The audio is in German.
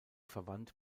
verwandt